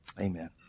Amen